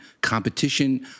Competition